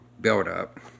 build-up